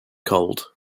cold